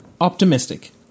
optimistic